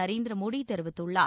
நரேந்திர மோடி தெரிவித்துள்ளார்